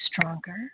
stronger